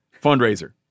fundraiser